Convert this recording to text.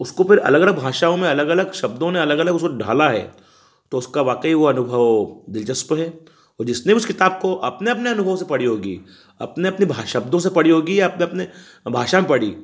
उसको फिर अलग अलग भाषाओं में अलग अलग शब्दों ने अलग अलग उसको ढाला है तो उसका वाकई वह अनुभव दिलचस्प है और जिसने भी उस किताब को अपने अपने अनुभव से पढ़ी होगी अपने अपने भाषा शब्दों से पढ़ी होगी या अपने अपने भाषा में पढ़ी